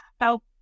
help